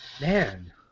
Man